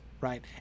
Right